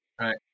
Right